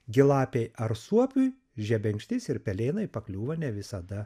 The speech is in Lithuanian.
gi lapei ar suopiui žebenkštis ir pelėnai pakliūva ne visada